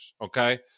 okay